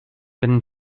been